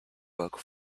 book